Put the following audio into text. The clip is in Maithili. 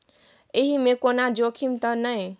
एहि मे कोनो जोखिम त नय?